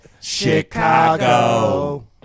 Chicago